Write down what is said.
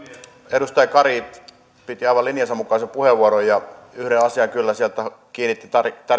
edustaja kari piti aivan linjansa mukaisen puheenvuoron ja yksi tärkeä asia kyllä sieltä kiinnitti